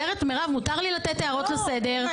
מותר לי לתת הערות לסדר.